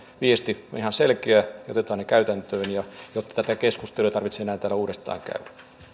viesti oli ihan selkeä otetaan ne käytäntöön jotta tätä keskustelua ei tarvitse enää täällä uudestaan käydä